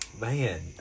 Man